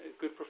good